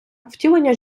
втілення